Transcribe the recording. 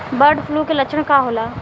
Bird flu के लक्षण का होला?